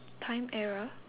time era